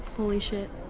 holy shit.